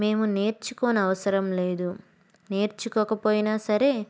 మేము నేర్చుకోన అవసరం లేదు నేర్చుకోకపోయినా సరే